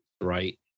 right